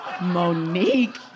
Monique